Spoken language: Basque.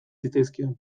zitzaizkion